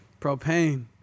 Propane